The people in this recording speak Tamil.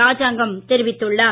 ராஜாங்கம் தெரிவித்துள்ளார்